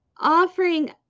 offering